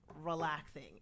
relaxing